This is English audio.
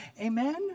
Amen